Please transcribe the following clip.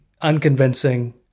unconvincing